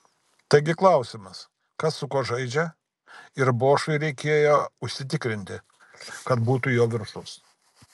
taigi klausimas kas su kuo žaidžia ir bošui reikėjo užsitikrinti kad būtų jo viršus